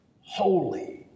holy